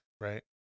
right